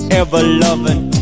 ever-loving